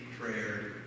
prayer